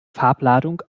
farbladung